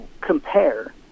compare